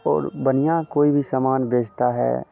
और बनिया कोई भी सामान बेचता है